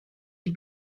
ils